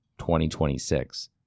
2026